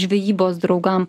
žvejybos draugam